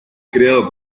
creado